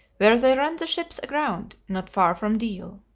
where they ran the ships aground not far from deal.